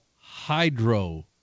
hydro